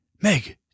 Meg